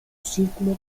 círculo